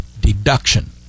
deduction